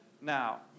now